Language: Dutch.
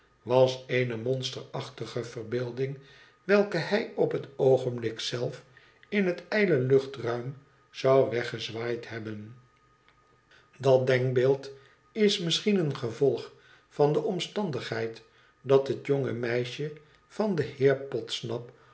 was eene monsterachtige verbeelding welke hij op het oogenblik zelf in het ijle luchtruim zou weggezwaaid hebben dat denkbeeld is misschien een gevolg van de omstandigheid dat het jonge meisje van den heer podsnap